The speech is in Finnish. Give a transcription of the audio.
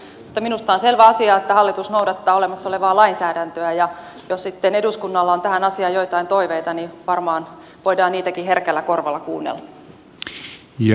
mutta minusta on selvä asia että hallitus noudattaa olemassa olevaa lainsäädäntöä ja jos sitten eduskunnalla on tähän asiaan joitain toiveita niin varmaan voidaan niitäkin herkällä korvalla kuunnella